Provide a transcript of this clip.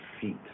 feet